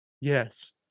Yes